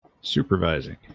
supervising